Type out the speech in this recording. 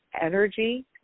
energy